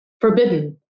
Forbidden